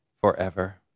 forever